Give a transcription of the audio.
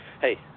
hey